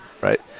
right